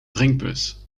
drinkbus